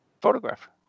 photograph